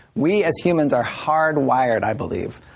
we as human are hardwired, i believe,